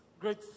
great